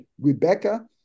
Rebecca